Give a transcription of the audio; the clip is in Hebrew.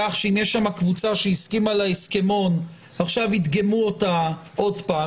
כך שאם יש שם קבוצה שהסכימה להסכמון ידגמו אותה עוד פעם,